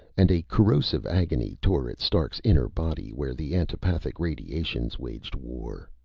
and a corrosive agony tore at stark's inner body where the antipathetic radiations waged war.